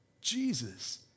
Jesus